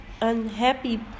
unhappy